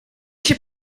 się